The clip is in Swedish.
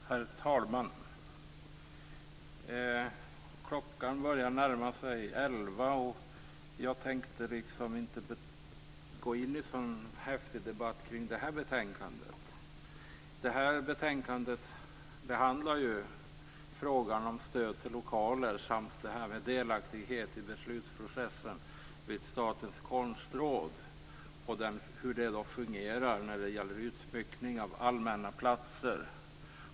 Herr talman! Klockan börjar närma sig elva och jag tänkte inte gå in i någon häftig debatt kring detta betänkande. Det behandlar ju frågan om stöd till lokaler samt detta med delaktighet i beslutsprocessen vid Statens konstråd när det gäller utsmyckning av allmänna platser.